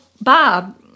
Bob